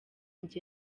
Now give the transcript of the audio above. njye